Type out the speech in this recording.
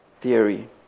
theory